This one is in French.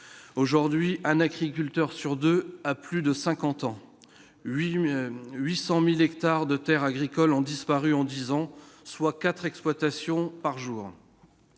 aujourd'hui, un agriculteur sur 2 à plus de 50 ans 8000 800000 hectares de Terres agricoles ont disparu en 10 ans, soit 4 exploitations par jour,